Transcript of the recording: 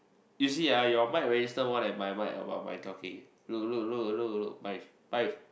you see ah your mic register more than mine but about my talking look look look Paish Paish